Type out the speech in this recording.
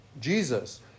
jesus